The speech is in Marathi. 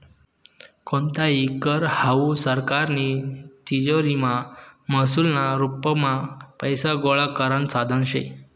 कोणताही कर हावू सरकारनी तिजोरीमा महसूलना रुपमा पैसा गोळा करानं साधन शे